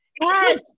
Yes